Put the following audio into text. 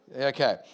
Okay